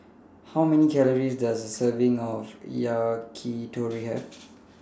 How Many Calories Does A Serving of Yakitori Have